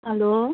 hello